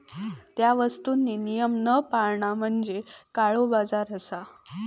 त्या वस्तुंनी नियम न पाळणा म्हणजे काळोबाजार असा